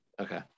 Okay